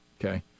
okay